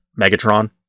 Megatron